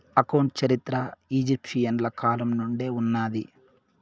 account చరిత్ర ఈజిప్షియన్ల కాలం నుండే ఉన్నాది